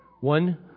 One